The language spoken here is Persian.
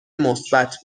مثبت